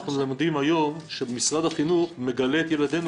אנחנו למדים היום שמשרד החינוך מגלה את ילדינו